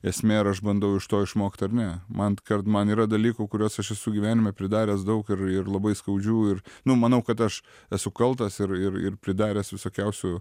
esmė ar aš bandau iš to išmokt ar ne man kart man yra dalykų kuriuos aš esu gyvenime pridaręs daug ir ir labai skaudžių ir nu manau kad aš esu kaltas ir ir ir pridaręs visokiausių